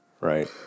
right